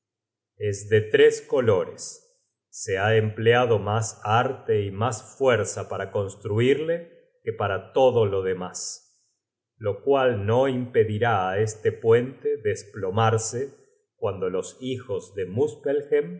es de tres colores se ha empleado mas arte y mas fuerza para construirle que para todo lo de mas lo cual no impedirá á este puente desplomarse cuando los hijos de